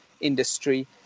industry